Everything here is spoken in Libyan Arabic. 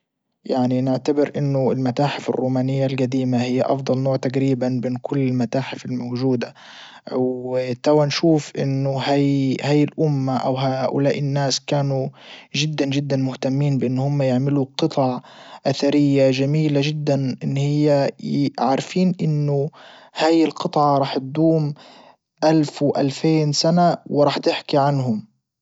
يعني نعتبر انه المتاحف الرومانية الجديمة هي افضل نوع تجريبا بين كل المتاحف الموجودة وتوا نشوف انه هاي الامة او هؤلاء الناس كانوا جدا جدا مهتمين بان هم يعملوا قطع اثرية جميلة جدا ان هي عارفين انه هاي القطع رح تدوم الف والفين سنة وراح تحكي عنهم.